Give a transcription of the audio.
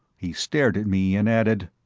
he stared at me and added,